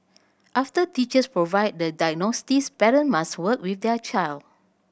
after teachers provide the diagnostics parents must work with their child